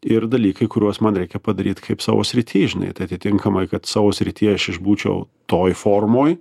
ir dalykai kuriuos man reikia padaryt kaip savo srityje žinai tai atitinkamai kad savo srity aš išbūčiau toj formoj